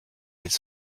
elles